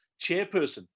chairperson